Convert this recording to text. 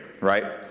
right